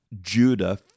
Judah